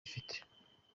ifite